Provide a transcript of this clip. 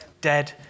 dead